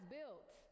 built